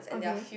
okay